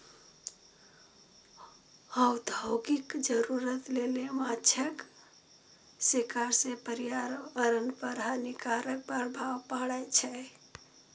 औद्योगिक जरूरत लेल माछक शिकार सं पर्यावरण पर हानिकारक प्रभाव पड़ै छै